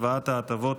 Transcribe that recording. השוואת ההטבות